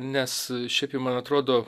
nes šiaip jau man atrodo